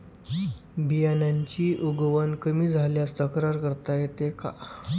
बियाण्यांची उगवण कमी झाल्यास तक्रार करता येते का?